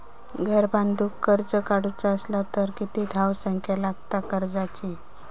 घर बांधूक कर्ज काढूचा असला तर किती धावसंख्या लागता कर्जाची?